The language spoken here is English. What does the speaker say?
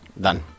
Done